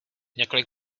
několik